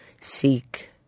seek